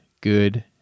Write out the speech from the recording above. good